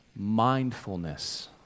mindfulness